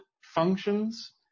functions